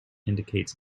indicates